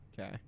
Okay